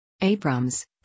Abrams